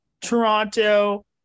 toronto